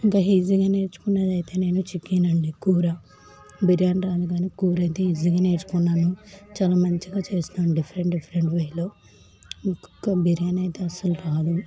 ఇంకా ఈజీగా నేర్చుకున్నదైతే నేను చికెన్ అండి కూర బిర్యానీ రాదు కానీ కూర అయితే ఈజీగా నేర్చుకున్నాను చాలా మంచిగా చేస్తాను డిఫరెంట్ డిఫరెంట్ వేలో ఒక్కొక్క బిర్యానీ అయితే అస్సలు రాదు